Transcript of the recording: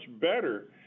better